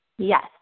yes